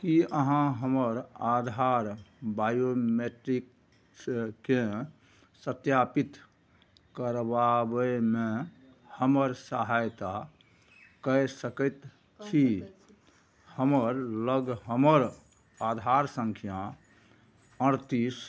की अहाँ हमर आधार बायोमेट्रिक्सकेँ सत्यापित करबाबैमे हमर सहायता कय सकैत छी हमर लग हमर आधार संख्या अड़तीस